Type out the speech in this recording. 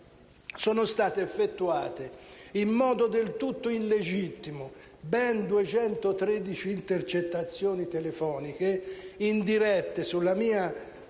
sono state effettuate, in modo del tutto illegittimo, ben 213 intercettazioni telefoniche indirette sulla mia